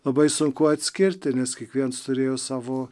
labai sunku atskirti nes kiekviens turėjo savo